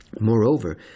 Moreover